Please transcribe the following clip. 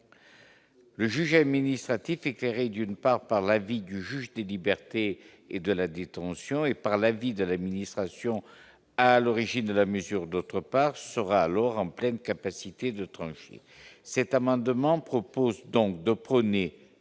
Le juge administratif éclairé d'une part par l'avis du juge des libertés et de la détention et par la vie de l'administration, à l'origine de la mesure, d'autre part, sera alors en pleine capacité de trancher cet amendement propose donc de prôner